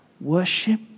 worship